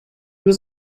was